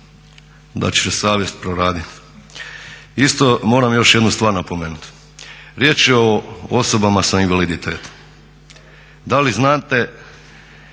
da će savjest proraditi. Isto moram još jednu stvar napomenuti, riječ je o osobama sa invaliditetom. Da li znate,